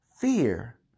fear